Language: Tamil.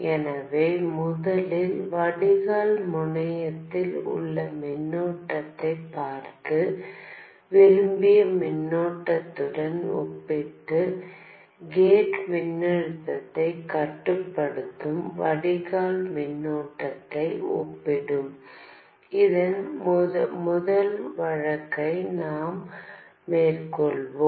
எனவே முதலில் வடிகால் முனையத்தில் உள்ள மின்னோட்டத்தைப் பார்த்து விரும்பிய மின்னோட்டத்துடன் ஒப்பிட்டு கேட் மின்னழுத்தத்தைக் கட்டுப்படுத்தும் வடிகால் மின்னோட்டத்தை ஒப்பிடும் இந்த முதல் வழக்கை நாங்கள் மேற்கொள்வோம்